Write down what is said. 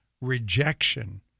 rejection